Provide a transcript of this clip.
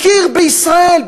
הכיר בישראל,